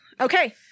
Okay